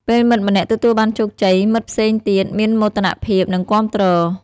ពេលមិត្តម្នាក់ទទួលបានជោគជ័យ មិត្តផ្សេងទៀតមានមោទនភាព និងគាំទ្រ។